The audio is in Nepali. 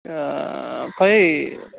खोइ